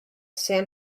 san